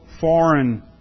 foreign